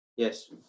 Yes